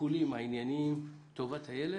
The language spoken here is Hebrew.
שהשיקולים הענייניים, טובת הילד,